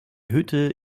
hütte